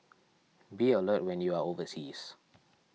be alert when you are overseas